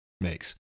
makes